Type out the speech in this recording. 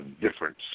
difference